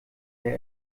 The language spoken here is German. der